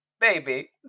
baby